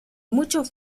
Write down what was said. muchos